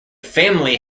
family